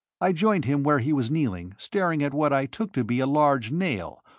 i joined him where he was kneeling, staring at what i took to be a large nail,